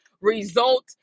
result